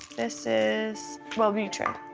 this is wellbutrin.